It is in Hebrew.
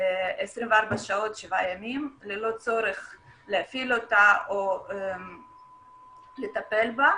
24/7 ללא צורך להפעיל אותה או לטפל בה,